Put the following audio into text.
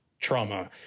trauma